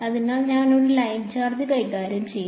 അതിനാൽ ഞങ്ങൾ ഒരു ലൈൻ ചാർജ് കൈകാര്യം ചെയ്യും